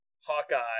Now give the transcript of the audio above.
Hawkeye